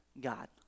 God